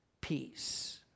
peace